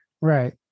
Right